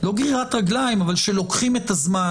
לא גרירת רגליים אבל שלוקחים את הזמן,